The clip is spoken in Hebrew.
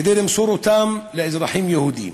כדי למסור אותן לאזרחים יהודים